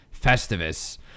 Festivus